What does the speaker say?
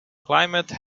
climate